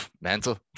mental